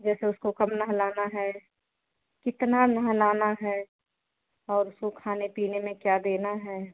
जैसे उसको कब नहलाना है कितना नहलाना है और उसको खाने पीने में क्या देना है